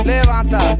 Levanta